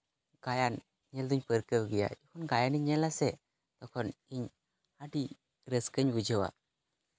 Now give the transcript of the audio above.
ᱜᱟᱭᱟᱱ ᱧᱮᱞ ᱫᱚᱹᱧ ᱯᱟᱹᱨᱠᱟᱹᱣ ᱜᱮᱭᱟ ᱡᱚᱠᱷᱚᱱ ᱜᱟᱭᱟᱱᱤᱧ ᱧᱮᱞᱟᱥᱮ ᱛᱚᱠᱷᱚᱱ ᱤᱧ ᱟᱹᱰᱤ ᱨᱟᱹᱥᱠᱟᱹᱧ ᱵᱩᱡᱷᱟᱹᱣᱟ